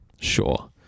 Sure